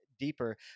deeper